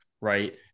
right